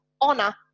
honor